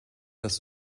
das